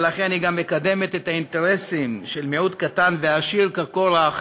ולכן היא גם מקדמת את האינטרסים של מיעוט קטן ועשיר כקורח